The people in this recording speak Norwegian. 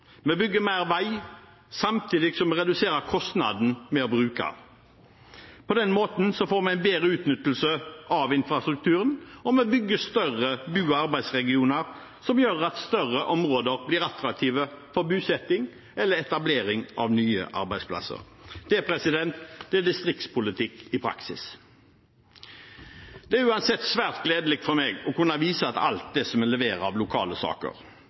bruke dem. På den måten får vi en bedre utnyttelse av infrastrukturen, og vi bygger større bo- og arbeidsregioner, som gjør at større områder blir attraktive for bosetting eller etablering av nye arbeidsplasser. Det er distriktspolitikk i praksis. Det er uansett svært gledelig for meg å kunne vise til alt det vi leverer av lokale saker.